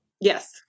Yes